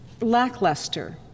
lackluster